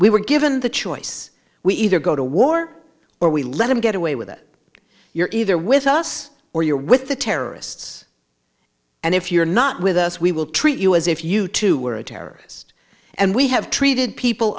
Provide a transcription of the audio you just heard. we were given the choice we either go to war or we let him get away with it you're either with us or you're with the terrorists and if you're not with us we will treat you as if you too were a terrorist and we have treated people